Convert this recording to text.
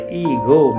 ego